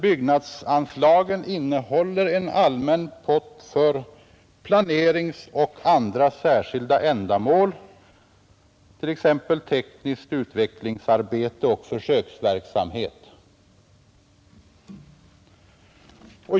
Byggnadsanslaget innehåller en allmän pott för planering och andra särskilda ändamål, t.ex. tekniskt utvecklingsarbete och försöksverksamhet.